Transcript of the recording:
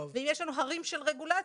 ואם יש לנו הרים של רגולציה,